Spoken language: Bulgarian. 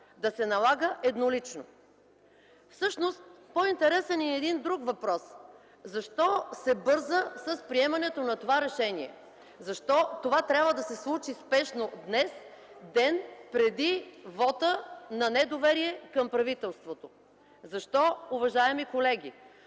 да се налага еднолично. Всъщност по-интересен е един друг въпрос: защо се бърза с приемането на това решение? Защо това трябва да се случи спешно днес, ден преди вота на недоверие към правителството? Защо, уважаеми колеги?